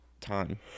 time